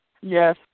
Yes